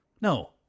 No